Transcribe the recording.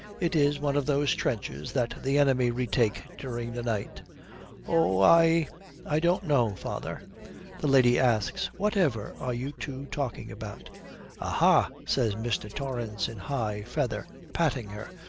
it is one of those trenches that the enemy retake during the night oh, i i don't know, father the lady asks, whatever are you two talking about aha, says mr. torrance in high feather, patting her,